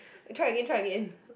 try again try again